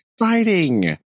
Exciting